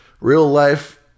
real-life